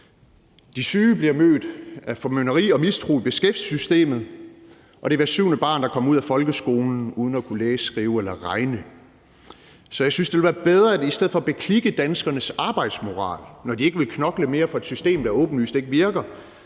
de syge bliver mødt med formynderi og mistro i beskæftigelsessystemet, og det er hvert syvende barn, der kommer ud af folkeskolen uden at kunne læse, skrive eller regne. Så i stedet for at beklikke danskernes arbejdsmoral, når de ikke vil knokle mere for et system, der åbenlyst ikke virker,